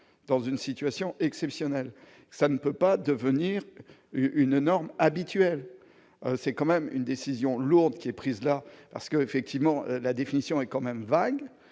dans une situation exceptionnelle, ça ne peut pas devenir une norme habituelle, c'est quand même une décision lourde qui est prise-là parce que, effectivement, la définition est quand même vague,